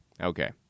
Okay